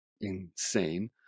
insane